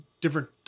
different